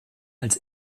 als